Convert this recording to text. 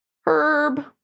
Herb